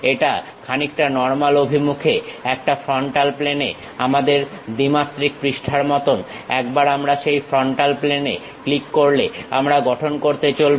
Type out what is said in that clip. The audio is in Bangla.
এটা খানিকটা নর্মাল অভিমুখে একটা ফ্রন্টাল প্লেনে আমাদের দ্বিমাত্রিক পৃষ্ঠার মতন একবার আমরা সেই ফ্রন্টাল প্লেনে ক্লিক করলে আমরা গঠন করতে চলবো